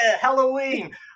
halloween